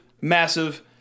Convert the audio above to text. massive